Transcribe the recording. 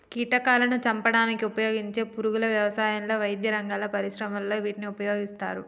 కీటకాలాను చంపడానికి ఉపయోగించే పురుగుల వ్యవసాయంలో, వైద్యరంగంలో, పరిశ్రమలలో వీటిని ఉపయోగిస్తారు